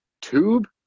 Tube